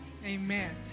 Amen